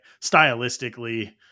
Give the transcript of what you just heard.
Stylistically